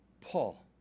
Paul